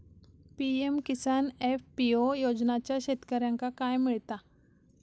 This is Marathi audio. पी.एम किसान एफ.पी.ओ योजनाच्यात शेतकऱ्यांका काय मिळता?